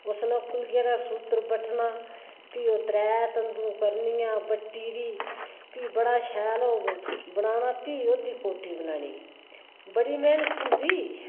सनौकलियै कन्नै सूत्तर बट्टना फ्ही ओह् त्रै तन्दू करनियां बट्टि'री फ्ही बड़ा शैल ओह् बनाना फ्ही ओह्दी कोट्टी बनानी बड़ी मैंह्नत होंदी